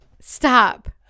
stop